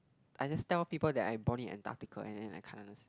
I just tell people that I body Antarctica and then I can't ah